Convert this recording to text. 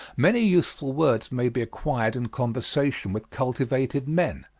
many useful words may be acquired in conversation with cultivated men,